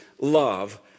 love